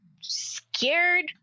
scared